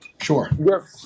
Sure